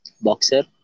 boxer